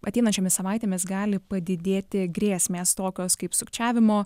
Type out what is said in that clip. ateinančiomis savaitėmis gali padidėti grėsmės tokios kaip sukčiavimo